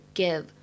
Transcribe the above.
give